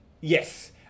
Yes